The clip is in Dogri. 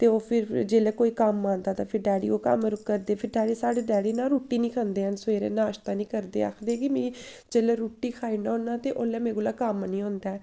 ते ओह् फिर जेल्लै कोई कम्म औंदा ते फिर डैडी ओह् कम्म करदे फिर डैडी साढ़े डैडी ना रुट्टी निं खंदे हैन सवेरै नाश्ता निं करदे ऐ आखदे कि जेल्लै रुट्टी खाई ओड़ना होन्नां ते ओल्लै मेरे कोला कम्म निं होंदा ऐ